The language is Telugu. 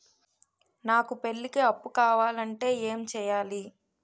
నాకు పెళ్లికి అప్పు కావాలంటే ఏం చేయాలి?